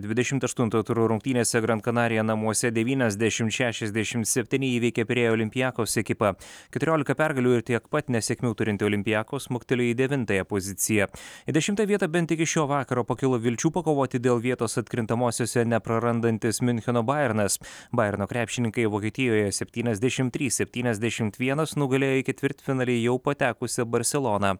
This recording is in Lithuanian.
dvidešimt aštuntojo turo rungtynėse gran kanarija namuose devyniasdešim šešiasdešim septyni įveikė pirėjo olympiakos ekipą keturiolika pergalių ir tiek pat nesėkmių turinti olympiakos smuktelėjo į devintąją poziciją į dešimtąją vietą bent iki šio vakaro pakilo vilčių pakovoti dėl vietos atkrintamosiose neprarandantis miuncheno bajernas bajerno krepšininkai vokietijoje septyniasdešim trys septyniasdešimt vienas nugalėjo į ketvirtfinalį jau patekusią barseloną